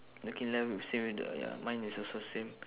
looking left we same uh ya mine is also same